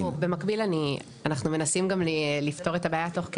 אז במקביל אנחנו מנסים גם לפתור את הבעיה תוך כדי.